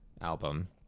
album